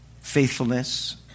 faithfulness